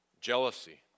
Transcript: Jealousy